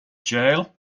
jail